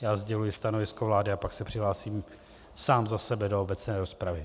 Já sděluji stanovisko vlády a pak se přihlásím sám za sebe do obecné rozpravy.